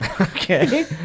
okay